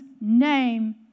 name